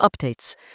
updates